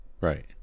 Right